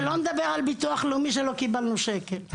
שלא נדבר בכלל על הביטוח הלאומי שלא קיבלנו שקל.